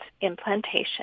implantation